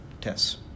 tests